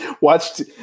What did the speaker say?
watched